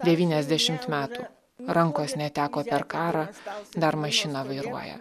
devyniasdešimt metų rankos neteko per karą dar mašiną vairuoja